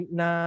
na